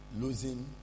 losing